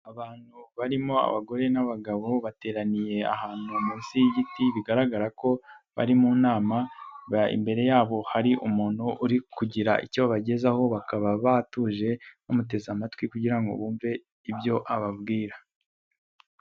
Abantu barimo abagore n'abagabo bateraniye ahantu munsi y'igiti bigaragara ko bari mu nama, imbere yabo hari umuntu uri kugira icyo abagezaho bakaba batuje bamuteze amatwi kugira ngo bumve ibyo ababwira.